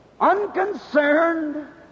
unconcerned